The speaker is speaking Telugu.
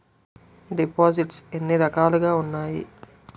దిపోసిస్ట్స్ ఎన్ని రకాలుగా ఉన్నాయి?